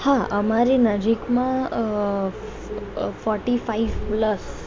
હા અમારી નજીકમાં અ ફોટી ફાઇવ પ્લસ